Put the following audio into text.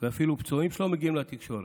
ואפילו פצועים שלא מגיעים לתקשורת.